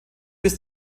bis